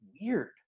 weird